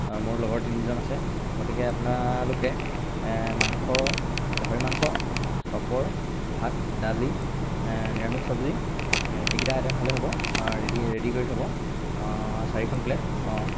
মোৰ লগৰ তিনিজন আছে গতিকে আপোনালোকে মাংস গাহৰি মাংস পাপৰ ভাত দালি নিৰামিষ চবজি এইকেইটা আইটেম হ'লেই হ'ব ৰেডি ৰেডি কৰি থ'ব চাৰিখন প্লেট অঁ